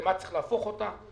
ולמה צריך להפוך אותה.